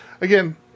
again